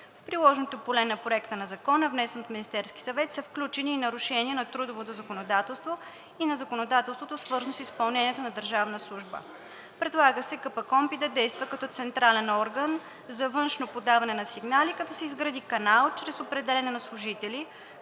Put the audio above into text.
В приложното поле на Проекта на закон, внесен от Министерския съвет, са включени и нарушения на трудовото законодателство и на законодателството, свързано с изпълнението на държавна служба. Предлага се КПКОНПИ да действа като централен орган за външно подаване на сигнали, като се изгради канал чрез определяне на служители,